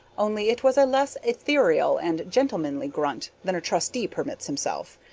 only it was a less ethereal and gentlemanly grunt than a trustee permits himself.